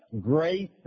grace